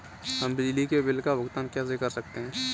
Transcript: हम बिजली के बिल का भुगतान कैसे कर सकते हैं?